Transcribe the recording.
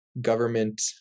government